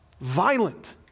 Violent